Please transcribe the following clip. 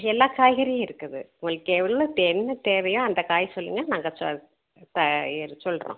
எல்லா காய்கறியும் இருக்குது உங்களுக்கு எவ்வளோ தே என்னத் தேவையோ அந்தக் காய் சொல்லுங்கள் நாங்கள் சொல்கிறோம்